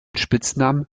spitznamen